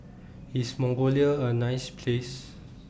IS Mongolia A nice Place